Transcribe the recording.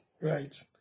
right